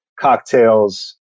cocktails